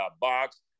box